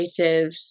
creatives